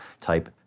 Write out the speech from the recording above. type